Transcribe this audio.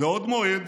מבעוד מועד,